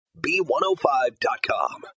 B105.com